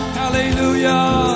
hallelujah